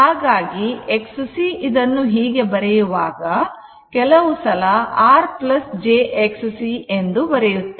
ಹಾಗಾಗಿ Xc ಇದನ್ನು ಹೀಗೆ ಬರೆಯುವಾಗ ಕೆಲವು ಸಲ R j Xc ಎಂದು ಬರೆಯುತ್ತೇವೆ